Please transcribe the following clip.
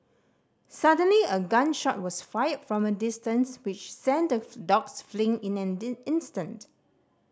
suddenly a gun shot was fired from a distance which sent the dogs fleeing in an instant